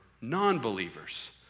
non-believers